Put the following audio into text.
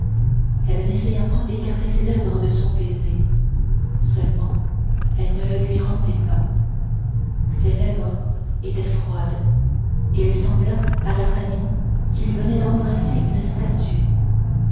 elle n'essaya point d'écarter ses lèvres de son baiser seulement elle ne le lui rendit pas ses lèvres étaient froides il sembla à d'artagnan qu'il venait d'embrasser une statue